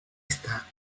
esta